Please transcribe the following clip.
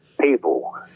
people